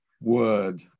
word